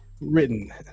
written